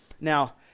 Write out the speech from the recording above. Now